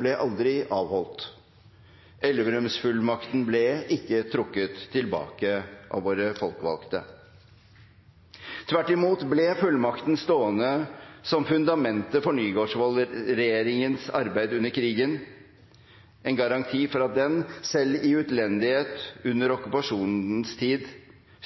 ble aldri avholdt. Elverumsfullmakten ble ikke trukket tilbake av våre folkevalgte. Tvert imot ble fullmakten stående som fundamentet for Nygaardsvold-regjereringens arbeid under krigen, en garanti for at den, selv i utlendighet under okkupasjonens tid,